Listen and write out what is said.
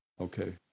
Okay